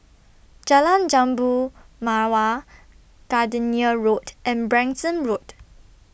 Jalan Jambu Mawar Gardenia Road and Branksome Road